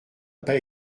pas